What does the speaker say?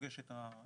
פוגש את המשפחות,